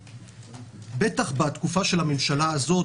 בטח בתקופה של הממשלה הזאת,